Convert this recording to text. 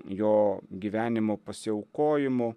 jo gyvenimu pasiaukojimu